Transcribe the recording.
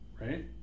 Right